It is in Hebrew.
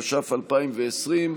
התש"ף 2020,